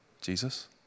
Jesus